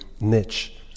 niche